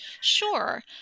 Sure